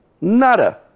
nada